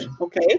Okay